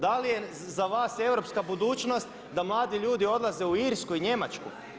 Da li je za vas europska budućnost da mladi ljudi odlaze u Irsku i Njemačku?